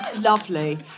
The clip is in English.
lovely